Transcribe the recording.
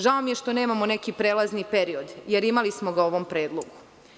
Žao mi je što nemamo neki prelazni period, jer imali smo ga u ovom predlogu.